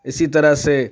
اِسی طرح سے